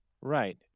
Right